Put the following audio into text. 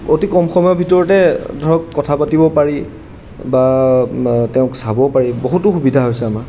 অতি কম সময়ৰ ভিতৰতে ধৰক কথা পাতিব পাৰি বা তেওঁক চাব পাৰি বহুতো সুবিধা হৈছে আমাৰ